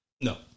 No